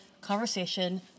conversation